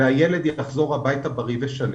והילד יחזור הביתה בריא ושלם.